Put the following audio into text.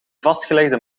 vastgelegde